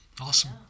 Awesome